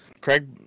Craig